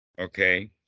Okay